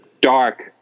dark